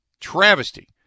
travesty